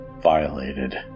violated